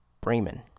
Bremen